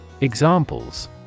Examples